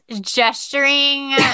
gesturing